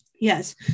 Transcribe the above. Yes